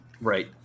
Right